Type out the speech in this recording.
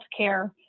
healthcare